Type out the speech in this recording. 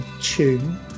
tune